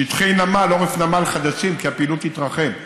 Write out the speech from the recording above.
שטחי נמל, עורף נמל, חדשים, כי הפעילות תתרחב.